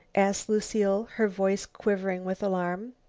asked lucile, her voice quivering with alarm.